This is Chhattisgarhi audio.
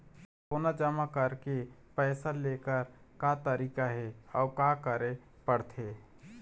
सोना जमा करके पैसा लेकर का तरीका हे अउ का करे पड़थे?